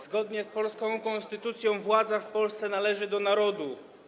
Zgodnie z polską konstytucją władza w Polsce należy do narodu.